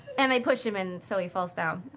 and i push him and so he falls down.